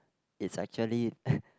it's actually